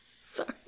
Sorry